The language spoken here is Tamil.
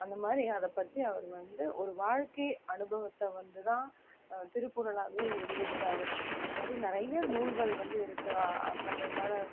அந்த மாதிரி அதை பற்றி அவர் வந்து ஒரு வாழ்க்கை அனுபவத்தை வந்து தான் திருக்குறளாகவே எழுதியிருக்காரு அந்த மாதிரி நிறைய நூல்கள் வந்து இருக்குது பண்டைய கால